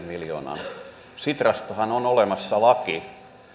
miljoonaa sitrastahan on olemassa laki